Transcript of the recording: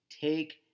Take